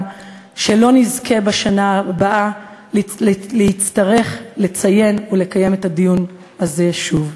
שלא נזכה בשנה הבאה להצטרך לציין ולקיים את הדיון הזה שוב.